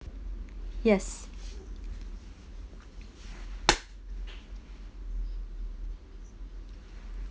yes